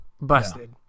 Busted